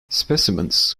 specimens